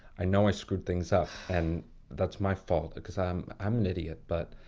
i know i screwed things up and that's my fault because i'm i'm an idiot. but